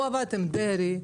הוא עבד עם דרעי,